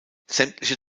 sämtliche